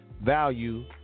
value